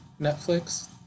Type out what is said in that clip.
Netflix